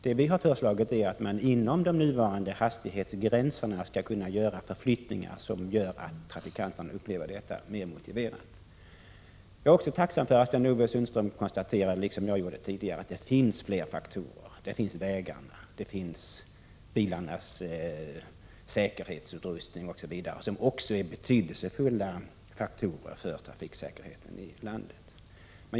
Det vi har föreslagit är att man inom de nuvarande hastighetsgränsernas ram skall kunna göra ändringar som gör att trafikanterna upplever begränsningarna som mer motiverade. Jag är tacksam för att Sten-Ove Sundström konstaterade, liksom jag gjort tidigare, att det finns flera faktorer — vägarna, bilarnas säkerhetsutrustning, osv. — som är betydelsefulla för trafiksäkerheten i landet.